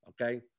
okay